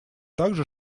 также